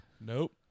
Nope